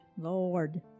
Lord